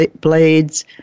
blades